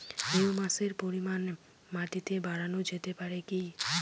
হিউমাসের পরিমান মাটিতে বারানো যেতে পারে কি?